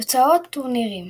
תוצאות הטורנירים